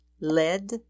lead